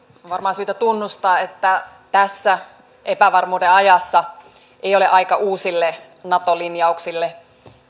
varmaan syytä tunnustaa että tässä epävarmuuden ajassa ei ole aika uusille nato linjauksille